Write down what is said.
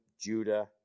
Judah